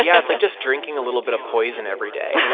yeah. it's like just drinking a little bit of poison every day yeah